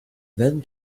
then